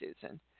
Susan